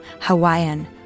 Hawaiian